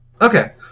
Okay